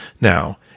Now